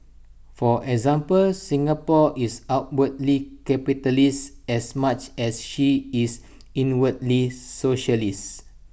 for example Singapore is outwardly capitalist as much as she is inwardly socialists